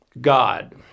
God